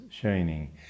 shining